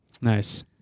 Nice